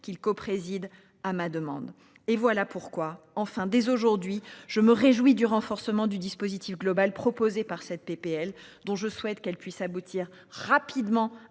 qu'il copréside à ma demande et voilà pourquoi enfin dès aujourd'hui. Je me réjouis du renforcement du dispositif global proposé par cette PPL dont je souhaite qu'elle puisse aboutir rapidement